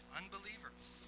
unbelievers